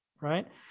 right